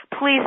Please